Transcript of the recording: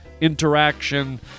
interaction